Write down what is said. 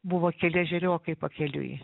buvo keli ežeriokai pakeliui